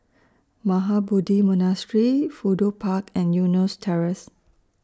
Mahabodhi Monastery Fudu Park and Eunos Terrace